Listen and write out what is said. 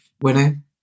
winning